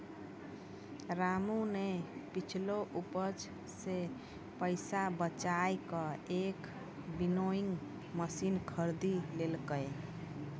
रामू नॅ पिछलो उपज सॅ पैसा बजाय कॅ एक विनोइंग मशीन खरीदी लेलकै